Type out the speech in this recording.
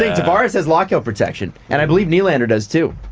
tavares has lockout protection and i believe nylander does too.